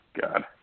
God